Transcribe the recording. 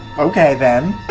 okay, then.